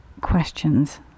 questions